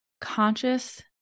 conscious